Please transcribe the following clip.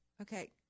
Okay